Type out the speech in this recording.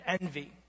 envy